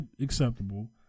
acceptable